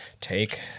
take